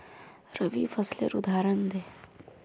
रवि फसलेर उदहारण दे?